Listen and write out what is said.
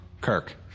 Kirk